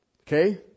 Okay